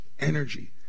energy